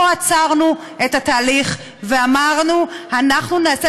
פה עצרנו את התהליך ואמרנו: אנחנו נעשה